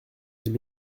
j’ai